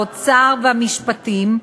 האוצר והמשפטים,